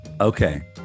Okay